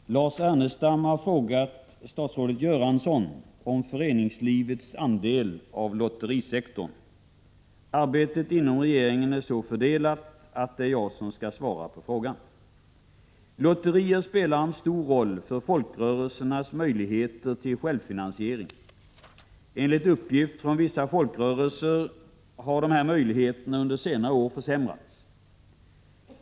Herr talman! Lars Ernestam har frågat statsrådet Göransson om föreningslivets andel av lotterisektorn. Arbetet inom regeringen är så fördelat att det är jag som skall svara på frågan. Lotterier spelar en stor roll för folkrörelsernas möjligheter till självfinansiering. Enligt uppgift från vissa folkrörelser har dessa möjligheter under senare år försämrats.